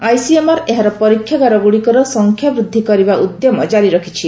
ICMR ଏହାର ପରୀକ୍ଷାଗାରଗୁଡ଼ିକର ସଂଖ୍ୟାବୃଦ୍ଧି କରିବା ଉଦ୍ୟମ ଜାରି ରଖିଛି